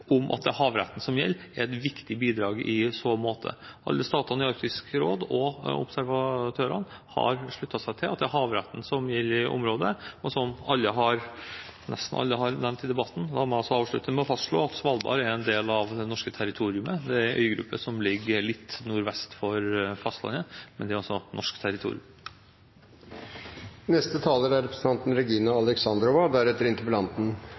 om at det er havretten som gjelder, er et viktig bidrag i så måte. Alle statene i Arktisk råd og observatørene har sluttet seg til at det er havretten som gjelder i området, som nesten alle har nevnt i debatten. La meg avslutte med å fastslå at Svalbard er en del av norsk territorium. Det er en øygruppe som ligger litt nordvest for fastlandet, men det er altså norsk territorium.